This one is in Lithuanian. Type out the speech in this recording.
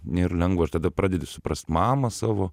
nėra lengva ir tada pradedi suprast mamą savo